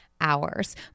hours